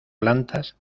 plantas